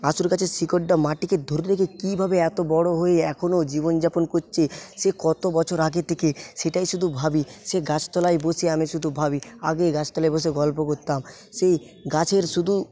আশুর গাছের শিকড়ডা মাটিকে ধরে রেখে কীভাবে এত বড়ো হয়ে এখনও জীবনযাপন করছে সে কত বছর আগে থেকে সেটাই শুধু ভাবি সেই গাছতলায় বসে আমি শুধু ভাবি আগে গাছতলায় বসে গল্প করতাম সেই গাছের শুধু